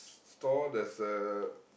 s~ store there's a